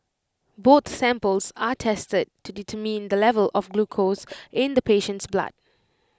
both samples are tested to determine the level of glucose in the patient's blood